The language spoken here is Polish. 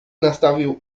nastawił